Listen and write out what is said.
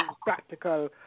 practical